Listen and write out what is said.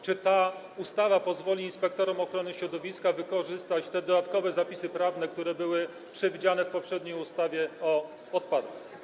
Czy ta ustawa pozwoli inspektorom ochrony środowiska wykorzystać dodatkowe zapisy prawne, które były przewidziane w poprzedniej ustawie o odpadach?